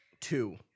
two